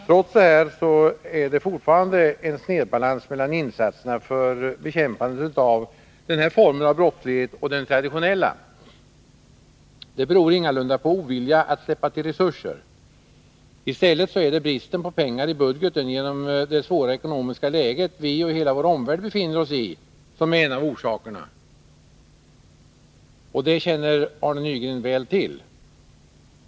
Trots detta är det fortfarande en snedbalans mellan insatserna för bekämpandet av den här formen av brottslighet och den traditionella. Det beror ingalunda på ovilja att släppa till resurser. I stället är det bristen på pengar i budgeten, genom det svåra ekonomiska läge som vi och hela vår omvärld befinner oss i, som är en av orsakerna — och det känner Arne Nygren väl till.